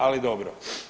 ali dobro.